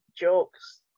jokes